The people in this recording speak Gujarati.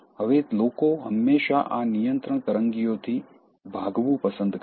હવે લોકો હંમેશાં આ નિયંત્રણ તરંગીઓથી ભાગવું પસંદ કરે છે